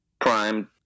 prime